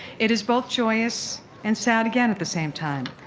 it is both joyous and sad again at the same time.